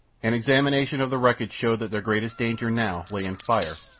an examination of the wreckage showed that their greatest danger, now, lay in fire,